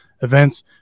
events